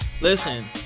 listen